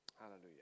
hallelujah